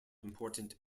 important